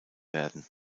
werden